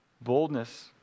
Boldness